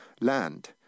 land